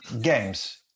games